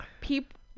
people